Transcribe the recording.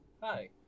Hi